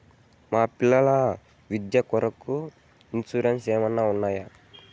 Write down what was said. మా పిల్లల విద్య కొరకు ఇన్సూరెన్సు ఏమన్నా ఉన్నాయా?